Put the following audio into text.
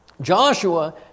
Joshua